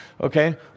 Okay